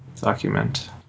document